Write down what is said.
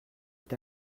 est